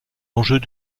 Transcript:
enjeux